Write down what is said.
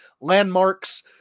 Landmarks